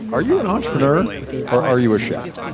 are you an entrepreneur or are you a chef?